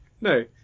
No